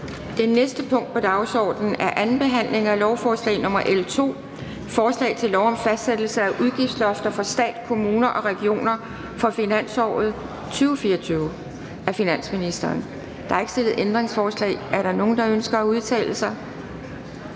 Det næste punkt på dagsordenen er: 6) 2. behandling af lovforslag nr. L 2: Forslag til lov om fastsættelse af udgiftslofter for stat, kommuner og regioner for finansåret 2024. Af finansministeren (Nicolai Wammen). (Fremsættelse